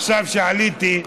עכשיו כשעליתי,